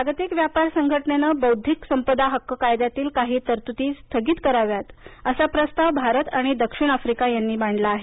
जागतिक व्यापार संघटनेनं बौद्धिक संपदा हक्क कायद्यातील काही तरतुदी स्थगित कराव्यात असा प्रस्ताव भारत आणि दक्षिण आफ्रिका यांनी मांडला आहे